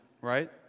right